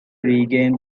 regain